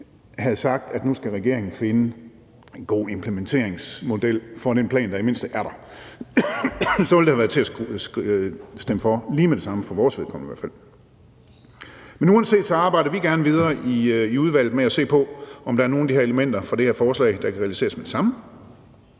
at regeringen skal finde en god implementeringsmodel for den plan, der i det mindste er der, ville det have været til at stemme for lige med det samme, i hvert fald for vores vedkommende. Men vi arbejder gerne videre i udvalget med at se på, om der er nogle af de her elementer i det her forslag, der kan realiseres med det samme,